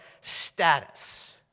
status